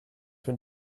mewn